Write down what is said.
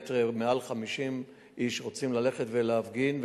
שבאמת מעל 50 איש רוצים ללכת ולהפגין,